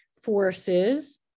forces